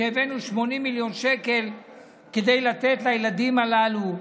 שהבאנו 80 מיליון שקלים כדי לתת לילדים הללו,